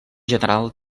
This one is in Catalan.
general